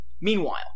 Meanwhile